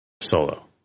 solo